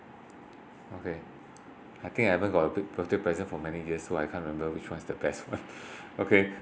okay I think I haven't got a big birthday present for many years so I can't remember which one's the best one okay